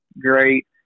great